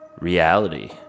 reality